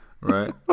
right